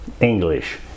English